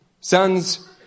Sons